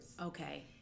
Okay